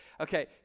Okay